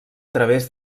través